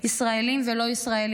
ישראלים ולא ישראלים,